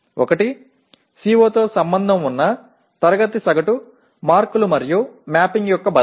ஒன்று CO உடன் தொடர்புடைய வகுப்பு சராசரி மதிப்பெண்கள் மற்றும் கோப்பிடுவதின் வலிமை